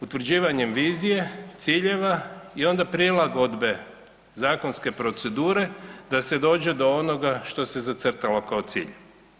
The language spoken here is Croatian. Utvrđivanjem vizije, ciljeve i onda prilagodbe zakonske procedure da se dođe do onoga što se zacrtalo kao cilj.